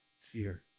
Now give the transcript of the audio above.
fear